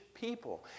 people